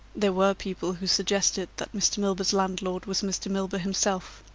there were people who suggested that mr. milburgh's landlord was mr. milburgh himself.